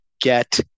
Get